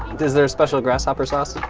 is there a special grasshopper sauce?